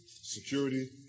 security